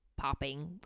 popping